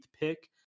pick